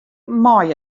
mei